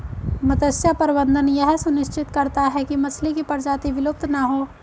मत्स्य प्रबंधन यह सुनिश्चित करता है की मछली की प्रजाति विलुप्त ना हो